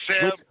Sam